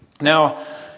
Now